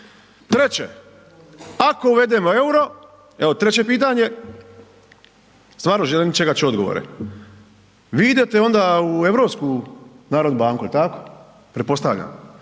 Treće, ako uvedemo euro, evo treće pitanje, stvarno želim čekat ću odgovore, vi onda idete u Europsku narodnu banku jel tako, pretpostavljam